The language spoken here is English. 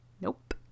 Nope